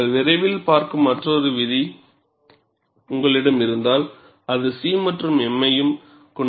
நாங்கள் விரைவில் பார்க்கும் மற்றொரு விதி உங்களிடம் இருந்தால் அது C மற்றும் m ஐயும் கொண்டிருக்கும்